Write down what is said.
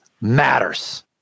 matters